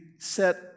set